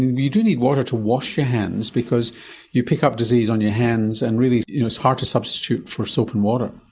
you do need water to wash your hands because you pick up disease on your hands and really you know it's hard to substitute for soap and water.